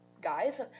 guys